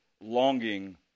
longing